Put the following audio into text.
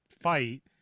fight